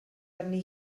arni